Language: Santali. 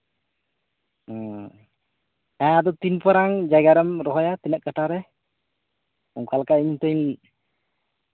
ᱦᱩᱸ ᱦᱮᱸ ᱟᱫᱚ ᱛᱤᱱ ᱢᱟᱨᱟᱝ ᱡᱟᱭᱜᱟ ᱨᱮᱢ ᱨᱚᱦᱚᱭᱟ ᱛᱤᱱᱟᱹᱜ ᱠᱟᱴᱷᱟ ᱨᱮ ᱚᱱᱠᱟᱞᱮᱠᱟ ᱤᱧ ᱦᱚᱛᱩᱧ